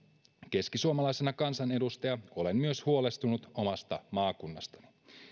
keskisuomalaisena kansanedustajana olen myös huolestunut omasta maakunnastani